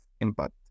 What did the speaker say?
impact